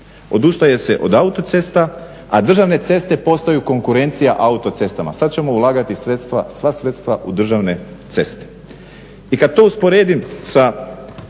Odustaje se od autocesta, a državne ceste postaju konkurencija autocestama. Sad ćemo ulagati sva sredstva u državne ceste. I kad to usporedim sa